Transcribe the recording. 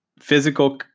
physical